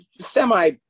semi